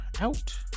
out